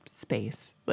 space